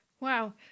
Wow